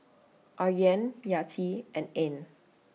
Aryan Yati and Ain